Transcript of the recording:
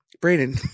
Brandon